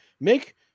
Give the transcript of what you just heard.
make